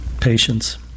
patience